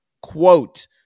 quote